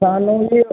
ਸਾਨੂੰ ਜੀ